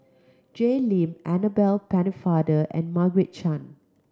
Jay Lim Annabel Pennefather and Margaret Chan